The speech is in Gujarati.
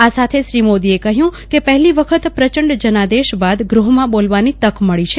આ સાથે સાથે શ્રી મોદીએ કહ્યું કે પહેલી વખત પ્રચંડ જનાદેશ બાદ ગૃહમાં બોલવાની તક મળી છે